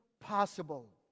possible